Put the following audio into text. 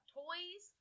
toys